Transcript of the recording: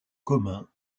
communs